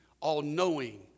all-knowing